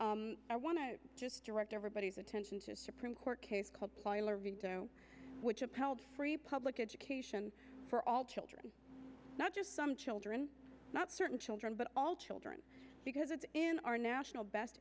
idea i want to direct everybody's attention to supreme court case which appellate free public education for all children not just some children not certain children but all children because it's in our national best